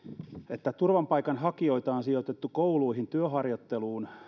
että turvapaikanhakijoita on sijoitettu kouluihin työharjoitteluun